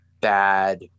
bad